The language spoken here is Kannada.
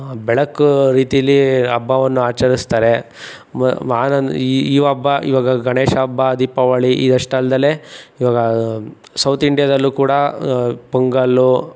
ಬೆಳಕು ರೀತೀಲಿ ಹಬ್ಬವನ್ನು ಆಚರಿಸ್ತಾರೆ ಈ ಹಬ್ಬ ಇವಾಗ ಗಣೇಶ ಹಬ್ಬ ದೀಪಾವಳಿ ಈ ಅಷ್ಟಲ್ದೆ ಇವಾಗ ಸೌತ್ ಇಂಡ್ಯಾದಲ್ಲೂ ಕೂಡ ಪೊಂಗಲ್ಲು